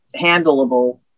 handleable